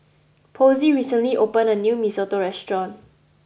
Posey recently opened a new Mee Soto restaurant